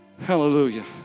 Hallelujah